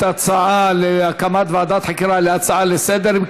ההצעה להקמת ועדת חקירה להצעה לסדר-היום.